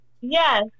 Yes